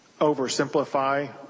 oversimplify